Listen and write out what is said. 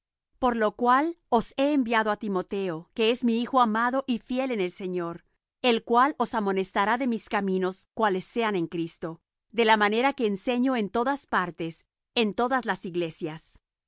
por lo cual os he enviado á timoteo que es mi hijo amado y fiel en el señor el cual os amonestará de mis caminos cuáles sean en cristo de la manera que enseño en todas partes en todas las iglesias